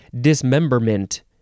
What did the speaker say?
Dismemberment